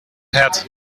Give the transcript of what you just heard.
hat